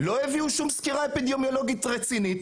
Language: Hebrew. לא הביאו שום סקירה אפידמיולוגית רצינית.